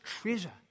treasure